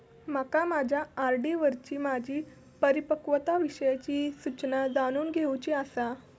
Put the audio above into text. माका माझ्या आर.डी वरची माझी परिपक्वता विषयची सूचना जाणून घेवुची आसा